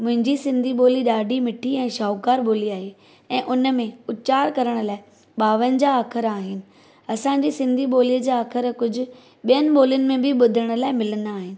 मुंहिंजी सिन्धी ॿोली ॾाढी मिठी ऐं शाहूकार ॿोली आहे ऐं हुनमें उचार करण लाइ ॿावंजाहु अख़र आहिनि असांजी सिन्धी ॿोलीअ जा अख़र कुझु ॿियनि ॿोलियुनि में बि ॿुधण लाइ मिलंदा आहिनि